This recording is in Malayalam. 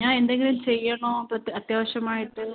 ഞാൻ എന്തെങ്കിലും ചെയ്യണോ അത് അത്യാവശ്യമായിട്ട്